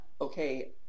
okay